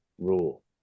rule